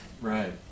right